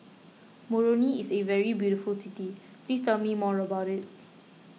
Moroni is a very beautiful city please tell me more about it